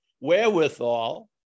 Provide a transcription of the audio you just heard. wherewithal